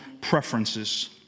preferences